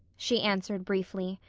she answered briefly.